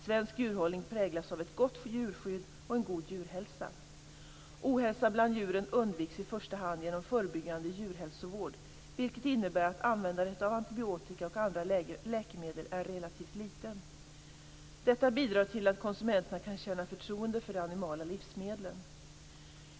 Svensk djurhållning präglas av ett gott djurskydd och en god djurhälsa. Ohälsa bland djuren undviks i första hand genom förebyggande djurhälsovård, vilket innebär att användandet av antibiotika och andra läkemedel är relativt litet. Detta bidrar till att konsumenterna kan känna förtroende för de animala livsmedlen.